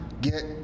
get